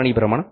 5 મીમીનું